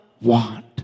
want